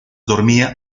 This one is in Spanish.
dormía